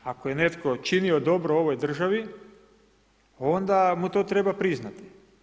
Ako je netko činio dobro ovoj državi, onda mu to treba priznati.